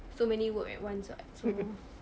so many work at once [what] so